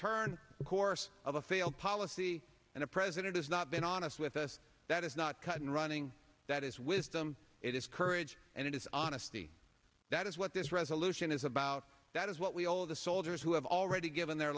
turn the course of a failed policy and a president has not been honest with us that is not cut and running that is wisdom it is courage and it is honesty that is what this resolution is about that is what we all of the soldiers who have already given their